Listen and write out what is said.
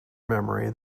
memory